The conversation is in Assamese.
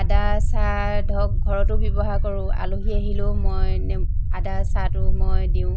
আ দা চাহ ধৰক ঘৰতো ব্যৱহাৰ কৰোঁ আলহী আহিলেও মই আদা চাহটো মই দিওঁ